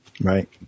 Right